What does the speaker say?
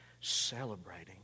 celebrating